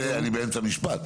אני באמצע משפט.